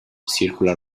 circular